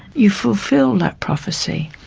you fulfil that prophecy.